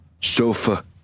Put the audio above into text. Sofa